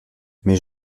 mais